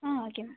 ಹಾಂ okay ma'am